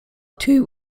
two